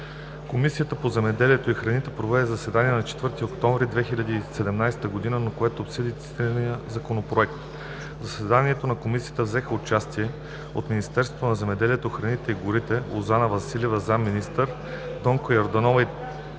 Комисията по земеделието и храните проведе заседание на 4 октомври 2017 г., на което обсъди цитирания Законопроект. В заседанието на Комисията взеха участие: от Министерството на земеделието, храните и горите – Лозана Василева – заместник-министър, Донка Йорданова